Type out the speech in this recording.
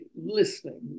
listening